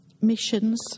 missions